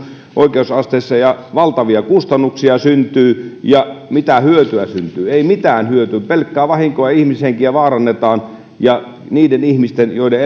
oikeusasteissa ja valtavia kustannuksia syntyy ja mitä hyötyä syntyy ei mitään hyötyä pelkkää vahinkoa ihmishenkiä vaarannetaan ja ne ihmiset joiden